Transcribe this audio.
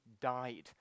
died